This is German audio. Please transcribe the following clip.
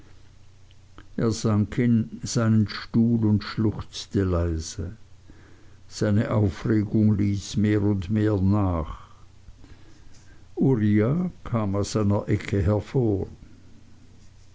seinen stuhl und schluchzte leise seine aufregung ließ mehr und mehr nach uriah kam aus seiner ecke hervor